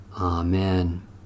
Amen